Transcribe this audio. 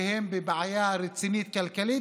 שהם בבעיה רצינית כלכלית,